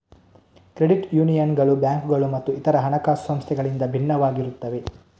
credit ಯೂನಿಯನ್ಗಳು ಬ್ಯಾಂಕುಗಳು ಮತ್ತು ಇತರ ಹಣಕಾಸು ಸಂಸ್ಥೆಗಳಿಂದ ಭಿನ್ನವಾಗಿರುತ್ತವೆ